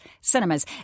cinemas